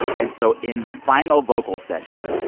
and so in the final vocal session,